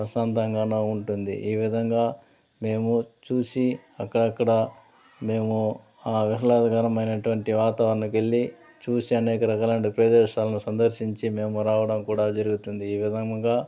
ప్రశాంతంగాను ఉంటుంది ఈ విధంగా మేము చూసి అక్కడక్కడ మేము ఆ ఆహ్లాదకరమైనటువంటి వాతావరణంకి వెళ్ళి చూసి అనేక రకాలంటి ప్రదేశాలను సందర్శించి మేము రావడం కూడా జరుగుతుంది ఈ విధముగా